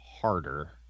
harder